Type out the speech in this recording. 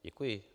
Děkuji.